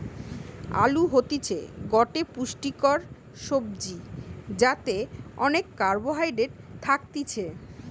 আলু হতিছে গটে পুষ্টিকর সবজি যাতে অনেক কার্বহাইড্রেট থাকতিছে